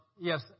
yes